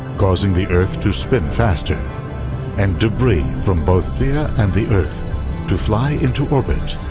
causing the earth to spin faster and debris from both theia and the earth to fly into orbit.